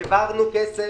העברנו כסף,